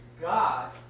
God